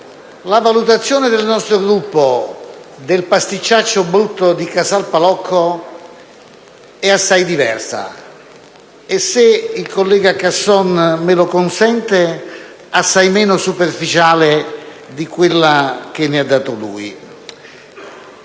la valutazione del nostro Gruppo del «pasticciaccio brutto di Casal Palocco» è, se il collega Casson me lo consente, assai meno superficiale di quella che ne è stata data